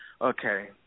Okay